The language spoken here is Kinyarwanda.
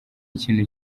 ikintu